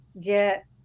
get